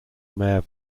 mare